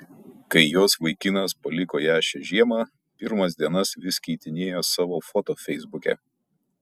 kai jos vaikinas paliko ją šią žiemą pirmas dienas vis keitinėjo savo foto feisbuke